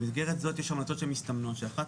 במסגרת זאת יש המלצות שמסתמנות שאחת